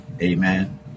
Amen